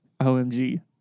OMG